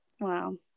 Wow